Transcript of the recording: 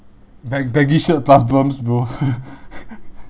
baggy~ baggy shirt plus berms bro